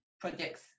projects